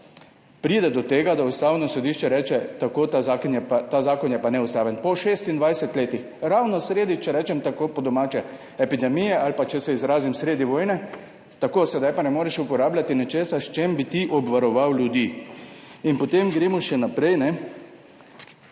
pride do tega, da Ustavno sodišče reče: tako, ta zakon je pa neustaven. Po 26 letih, ravno sredi, če rečem po domače, epidemije, ali pa, če se izrazim, sredi vojne, tako, sedaj pa ne moreš uporabljati nečesa, s čimer bi ti obvaroval ljudi. Gremo še naprej.